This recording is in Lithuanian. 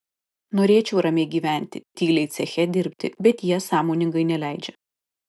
norėčiau ramiai gyventi tyliai ceche dirbti bet jie sąmoningai neleidžia